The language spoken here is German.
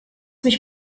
mich